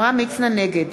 נגד